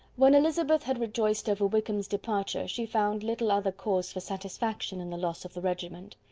when elizabeth had rejoiced over wickham's departure she found little other cause for satisfaction in the loss of the regiment.